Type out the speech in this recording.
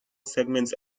segments